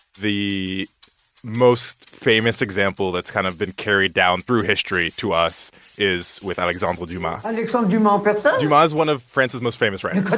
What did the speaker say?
the most famous example that's kind of been carried down through history to us is with alexandre dumas alexandre kind of dumas but so dumas is one of france's most famous writers